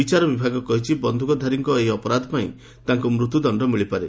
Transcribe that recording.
ବିଚାରବିଭାଗ କହିଛି ବନ୍ଧୁକଧାରୀଙ୍କ ଏହି ଅପରାଧ ପାଇଁ ତାଙ୍କୁ ମୃତ୍ୟୁଦଣ୍ଡ ମିଳିପାରେ